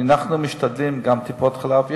אנחנו משתדלים גם בטיפות-חלב,